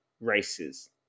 races